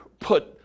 put